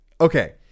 Okay